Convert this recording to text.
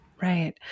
Right